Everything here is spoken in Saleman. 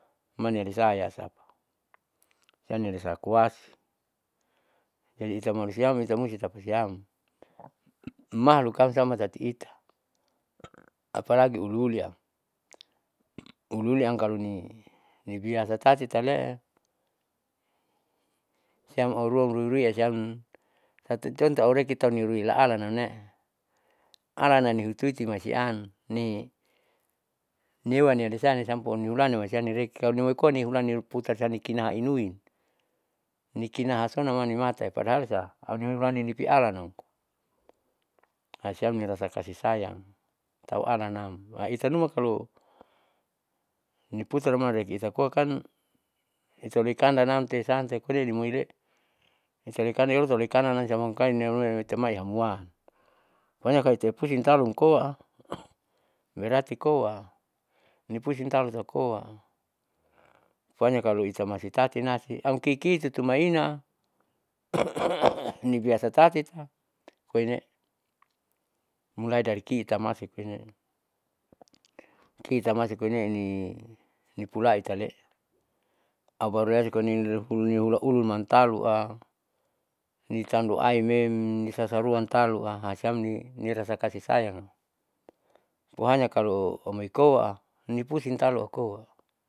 Manialisa yasapa sanialisa koasi jadi itamanusiam ita musti tapasiam mahlukkam siammatati ita apalagi uliuliam uliuliam kaloni nibiasa tatiale'e siam auruamruirui ausiam tati contoh aureki tauniuruilaalamne'e alananihituiti masiamni niuanilisanisampo niulani masiani reki kalo nimuikoa nihulani putarsaniknahainuin, nikinahasuna manimataya padahalsa auhulaninipialanam hasiam nirasa kasi sayang taualanam aitanuma kalo niputarma reki itakoakan italekandannamte santekoinimuile. italekandan yoitalekndannam itamai hamwaan, poinekaite pusing talumkoa berarti koa. nipusiang taulotukoa pohayanya kalo itamasi tatimasi amkiki tutumaina, nibiasa tatita koine'e. mulai dari kiitamasi koine'e, kiitamasi koine'e ni nipulaitale'e aubarurajikoinihulauluman taloa nitaloaime nisasaruamtaloa siamni rasa kasi sayang pohanya kalo amoikoa nipusing talokoa.